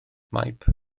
maip